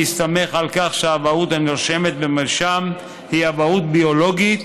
בהסתמך על כך שהאבהות הנרשמת במרשם היא אבהות ביולוגית,